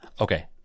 Okay